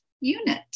unit